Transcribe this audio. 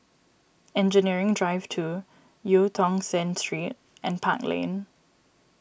Engineering Drive two Eu Tong Sen Street and Park Lane